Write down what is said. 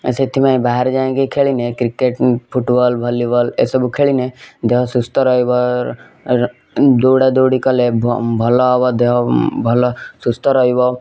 ସେଥିପାଇଁ ବାହାରେ ଯାଇଁକି ଖେଳିଲେ କ୍ରିକେଟ ଫୁଟବଲ୍ ଭଲିବଲ୍ ଏସବୁ ଖେଳିଲେ ଦେହ ସୁସ୍ଥ ରହିବ ଦଉଡ଼ା ଦଉଡ଼ି କଲେ ଭଲ ହେବ ଦେହ ଭଲ ସୁସ୍ଥ ରହିବ